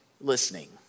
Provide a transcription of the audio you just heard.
listening